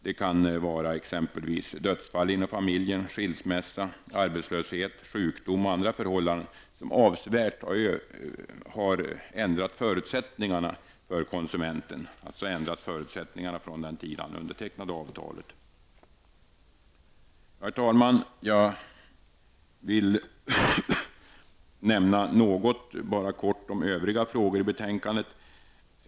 Det kan exempelvis gälla dödsfall inom familjen, skilsmässa, arbetslöshet och sjukdom, som avsevärt kan ha ändrat förutsättningarna för konsumenten efter undertecknandet av avtalet. Herr talman! Jag vill i korthet beröra övriga frågor i betänkandet.